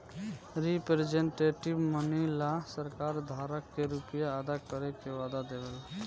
representative money ला सरकार धारक के रुपिया अदा करे के वादा देवे ला